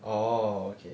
oh okay